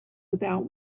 without